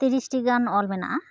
ᱛᱤᱨᱤᱥᱴᱤ ᱜᱟᱱ ᱚᱞ ᱢᱮᱱᱟᱼᱟ